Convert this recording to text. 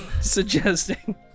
suggesting